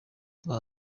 baha